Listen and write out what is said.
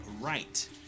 right